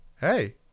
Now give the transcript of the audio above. hey